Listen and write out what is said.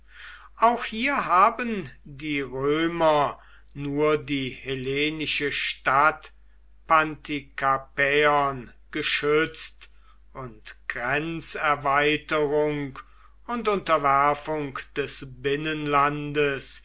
auch hier haben die römer nur die hellenische stadt pantikapäon geschützt und grenzerweiterung und unterwerfung des binnenlandes